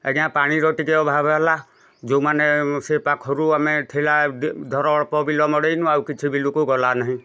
ଆଜ୍ଞା ପାଣିର ଟିକେ ଅଭାବ ହେଲା ଯେଉଁ ମାନେ ସେଇ ପାଖରୁ ଆମେ ଥିଲା ଧର ଅଳ୍ପ ବିଲ ମଡ଼େଇନୁ ଆଉ କିଛି ବିଲକୁ ଗଲାନାହିଁ